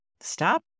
Stop